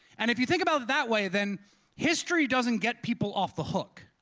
and if you think about it that way, then history doesn't get people off the hook,